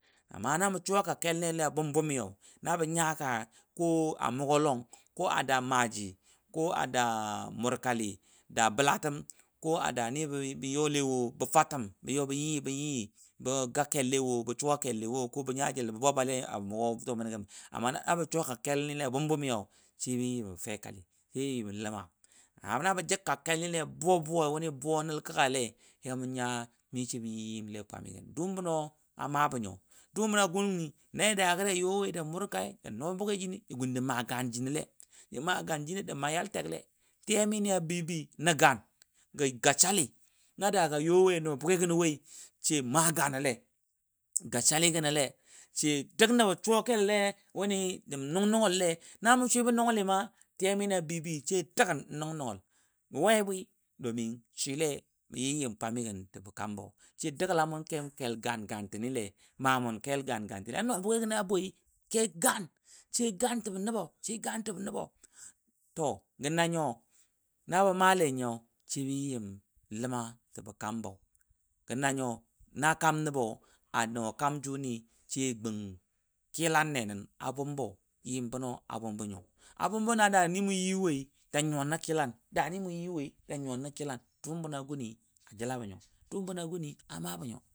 A benə nə mɔ ta dalili jini yi yimni nʊnji le cewa jifa ta dalili jin kwaama benən mʊi a təm wʊni nʊnji fa niji jə kəka jəbɔ mɔi nʊnji nə fa yim wʊni nʊnji dʊʊn ji nɔlei na da ni mə you wɔina dʊʊmwɔ kəka mi mə swile yan nəji dʊʊnjinɔ le mə swibɔ n faaji nə naa domin jʊ kwaama ga yaa a nəlmi gəm təmi mə swile nəgən dʊʊn gənɔ mə təmi na ja nyai nə nʊni mə dʊʊlgəni be ga ni dʊʊn məndi təmi na dʊʊ məndi ma na langənbwagən kwaamai ta ni to nan ni dʊʊngɨ to mə swile nyo mə swile mə nya dani mə suwa kellei, mə swile suwa kell ni gə yaja nəbka dʊʊn ne a mʊgɔlɔng namʊ tebwei be nə nwalamɔ dʊʊn gənɔ namʊ bwe shini nə tətemɔ dʊʊn gənɔ na mʊ woi duk dani mu dəg dul mʊnɔi be nə kowa dʊn gən gənɔ bə nəbka dʊʊnɔ to haka she bə yi yim kwamigən jəbɔ kambɔ gwam, jʊ migə bele nə yim mi kwamigəni ka, juni jelle nyiyo bəŋɔ gəm kandii ka, kebɔ ji nyan she bɔ jək kɛlni a bwila nyi bə suwa ka to nabə jək kel ni a bwila yi ka to irin kam kati ni bə suka le nyii jʊ gə bele nə yim ni mishi ləm lai.